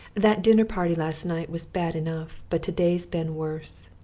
that dinner-party last night was bad enough, but to-day's been worse.